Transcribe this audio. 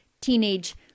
teenage